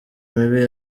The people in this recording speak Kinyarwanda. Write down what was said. mibi